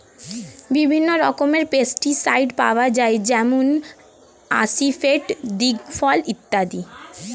বিভিন্ন রকমের পেস্টিসাইড পাওয়া যায় যেমন আসিফেট, দিকফল ইত্যাদি